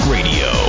Radio